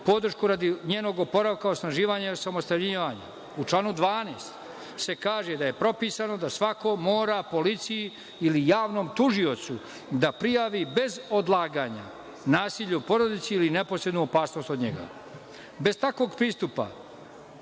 podršku radi njenog oporavka, osnaživanja i osamostaljivanja. U članu 12. se kaže da je propisano da svako mora policiji ili javnom tužiocu da prijavi bez odlaganja nasilje u porodici ili neposrednu opasnost od njega. Bez takvog pristupa